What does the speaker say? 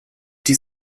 die